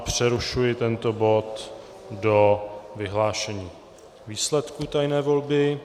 Přerušuji tento bod do vyhlášení výsledků tajné volby.